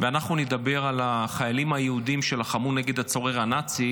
ואנחנו נדבר על החיילים היהודים שלחמו נגד הצורר הנאצי